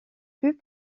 plus